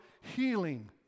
healing